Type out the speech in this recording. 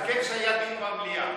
שהיה דיון במליאה.